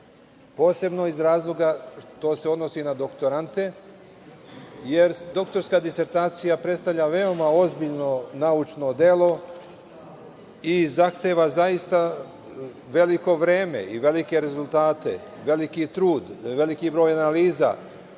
posebno iz razloga što se odnosi na doktorante, jer doktorska disertacija predstavlja veoma ozbiljno naučno delo i zahteva zaista veliko vreme i velike rezultate, veliki trud, veliki broj analiza.